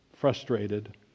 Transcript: frustrated